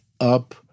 Up